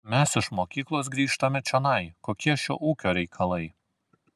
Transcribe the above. mes iš mokyklos grįžtame čionai kokie šio ūkio reikalai